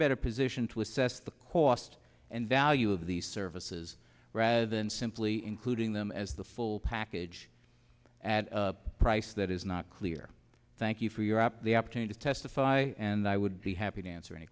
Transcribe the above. better position to assess the cost and value of these services rather than simply including them as the full package at a price that is not clear thank you for your app the opportunity to testify and i would be happy to answer any